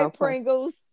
Pringles